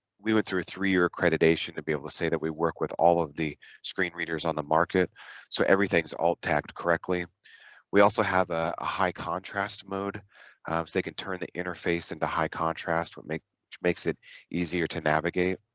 we went through a three year accreditation to be able to say that we work with all of the screen readers on the market so everything is alt tabbed correctly we also have a high contrast mode so they can turn the interface into high contrast what makes makes it easier to navigate